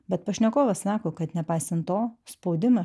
bet pašnekovas sako kad nepaisant to spaudimą